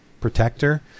protector